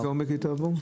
באיזה עומק היא תעבור?